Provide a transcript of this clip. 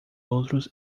outros